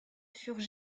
furent